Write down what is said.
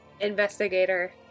investigator